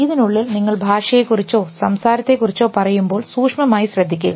ഇതിനുള്ളിൽ നിങ്ങൾ ഭാഷയെക്കുറിച്ചോ സംസാരത്തെ കുറിച്ചോ പറയുമ്പോൾ സൂക്ഷ്മമായി ശ്രദ്ധിക്കുക